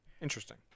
interesting